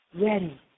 Ready